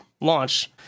launch